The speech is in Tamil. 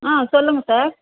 ஆ சொல்லுங்கள் சார்